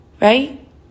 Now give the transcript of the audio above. right